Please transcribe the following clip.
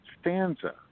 stanza